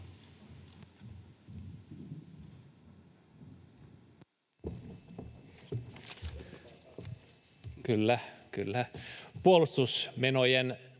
Kyllä, kyllä. — ...puolustusmenojen